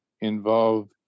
Involve